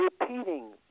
repeating